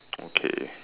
okay